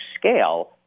scale